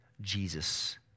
Jesus